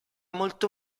molto